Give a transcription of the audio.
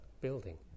building